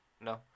No